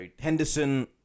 Henderson